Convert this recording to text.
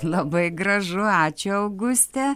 labai gražu ačiū auguste